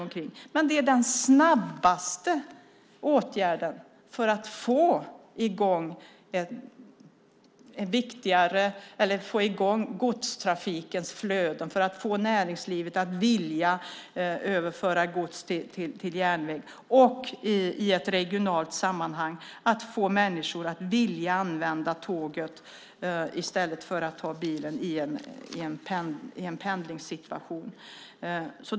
Men underhåll är den snabbaste åtgärden för att få i gång godstrafikens flöden, för att få näringslivet att vilja överföra gods till järnväg och för att få människor att vilja ta tåget i stället för bilen i en pendlingssituation.